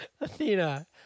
Athena